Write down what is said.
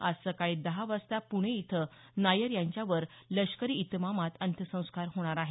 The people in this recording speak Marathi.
आज सकाळी दहा वाजता पूणे इथं नायर यांच्यावर लष्करी इतमामात अंत्यसंस्कार होणार आहेत